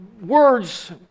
words